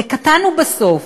בקטן ובסוף,